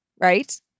right